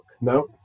No